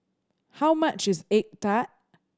how much is egg tart